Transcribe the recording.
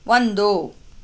ಒಂದು